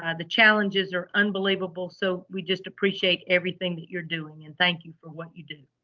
and the challenges are unbelievable. so we just appreciate everything that you're doing and thank you for what you do.